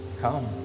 come